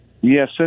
Yes